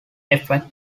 effects